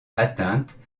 atteintes